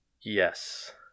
Yes